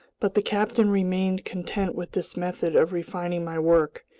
but the captain remained content with this method of refining my work,